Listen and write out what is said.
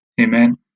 Amen